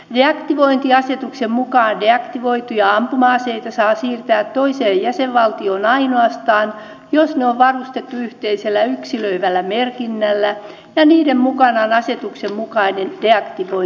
deaktivointiasetuksen mukaan deaktivoituja ampuma aseita saa siirtää toiseen jäsenvaltioon ainoastaan jos ne on varustettu yhteisellä yksilöivällä merkinnällä ja niiden mukana on asetuksen mukainen deaktivointitodistus